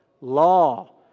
Law